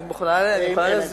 אני מוכנה להסביר.